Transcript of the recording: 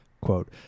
Quote